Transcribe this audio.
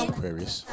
Aquarius